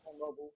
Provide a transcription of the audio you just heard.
Mobile